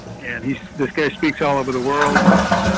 and he, this guy speaks all over the world and